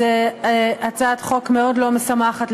זו הצעת חוק מאוד לא משמחת,